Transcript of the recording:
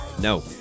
No